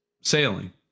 sailing